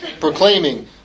proclaiming